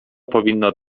powinno